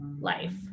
life